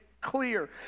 clear